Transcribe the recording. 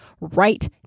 right